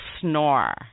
snore